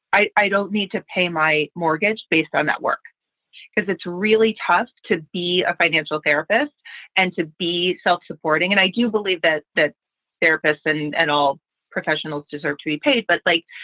i i don't need to pay my mortgage based on that work because it's really tough to be a financial therapist and to be self supporting. and i do believe that the therapists and and all professionals deserve to be paid. but like